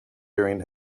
during